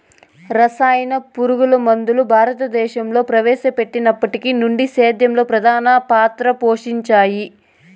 రసాయన పురుగుమందులు భారతదేశంలో ప్రవేశపెట్టినప్పటి నుండి సేద్యంలో ప్రధాన పాత్ర పోషించాయి